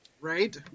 Right